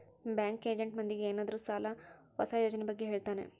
bank agent ಮಂದಿಗೆ ಏನಾದ್ರೂ ಸಾಲ ಹೊಸ ಯೋಜನೆ ಬಗ್ಗೆ ಹೇಳ್ತಾನೆ